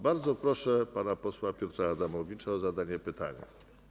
Bardzo proszę pana posła Piotra Adamowicza o zadanie pytania.